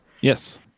Yes